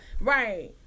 Right